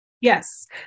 Yes